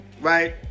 right